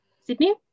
Sydney